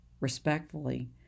respectfully